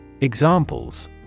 Examples